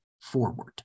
forward